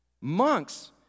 monks